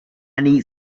need